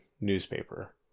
newspaper